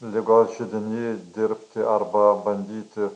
ligos židiniai dirbti arba bandyti